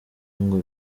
ngo